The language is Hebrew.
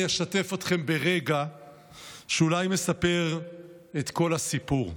אני אשתף אתכם ברגע שאולי מספר את כל הסיפור.